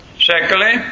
Secondly